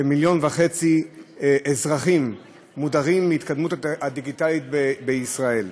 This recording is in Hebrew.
שמיליון וחצי אזרחים מודרים מההתקדמות הדיגיטלית בישראל.